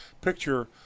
Picture